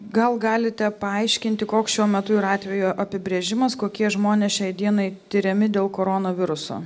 gal galite paaiškinti koks šiuo metu yra atvejo apibrėžimas kokie žmonės šiai dienai tiriami dėl koronaviruso